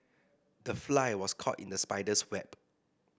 the fly was caught in the spider's web